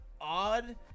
odd